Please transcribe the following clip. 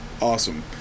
awesome